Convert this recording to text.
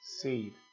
seed